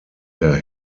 der